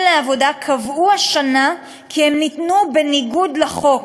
לעבודה קבעו השנה כי ניתנו בניגוד לחוק.